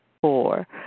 four